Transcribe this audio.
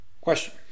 question